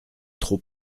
trop